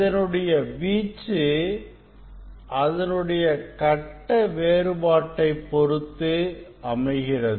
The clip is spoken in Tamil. இதனுடைய வீச்சு அதனுடைய கட்ட வேறுபாட்டைப் பொறுத்து அமைகிறது